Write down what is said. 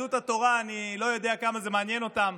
יהדות התורה, אני לא יודע כמה זה מעניין אותם,